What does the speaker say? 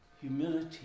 Humility